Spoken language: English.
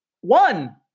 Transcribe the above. one